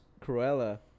Cruella